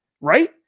right